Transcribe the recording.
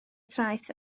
traeth